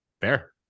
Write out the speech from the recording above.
Fair